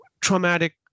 traumatic